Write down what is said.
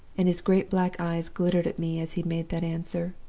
and his great black eyes glittered at me as he made that answer.